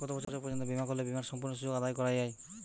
কত বছর পর্যন্ত বিমা করলে বিমার সম্পূর্ণ সুযোগ আদায় করা য়ায়?